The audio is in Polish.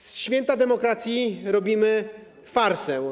Ze święta demokracji robimy farsę.